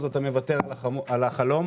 אתה מוותר על החלום.